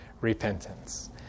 repentance